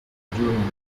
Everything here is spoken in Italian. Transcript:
metropolitana